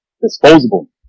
disposable